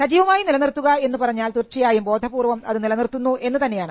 സജീവമായി നില നിർത്തുക എന്നു പറഞ്ഞാൽ തീർച്ചയായും ബോധപൂർവ്വം അത് നിലനിർത്തുന്നു എന്ന് തന്നെയാണ്